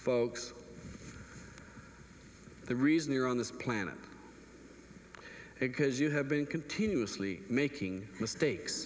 folks the reason you're on this planet it because you have been continuously making mistakes